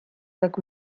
как